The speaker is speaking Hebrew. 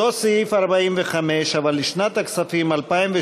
אותו סעיף 45, אבל לשנת הכספים 2018,